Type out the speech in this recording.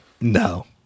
No